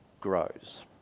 grows